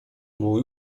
mój